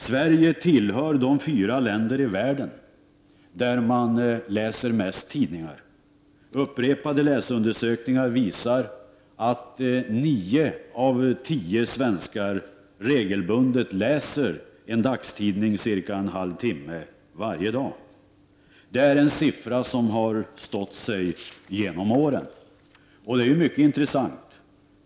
Sverige är ett av de fyra länder i världen där man läser mest tidningar. Upprepade läsundersökningar visar att 9 av 10 svenskar regelbundet läser en dagstidning cirka en halv timme varje dag. Det är en siffra som har stått sig genom åren. Detta är mycket intressant.